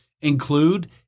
include